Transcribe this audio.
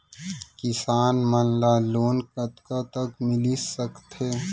किसान मन ला लोन कतका तक मिलिस सकथे?